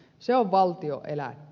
se on valtion elätti